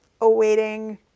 awaiting